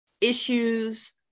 issues